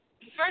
first